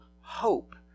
hope